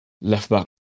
left-back